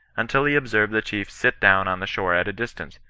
until he observed the chief sit down on the shore at a distance,